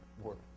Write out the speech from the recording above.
work